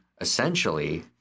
essentially